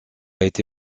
été